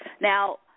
Now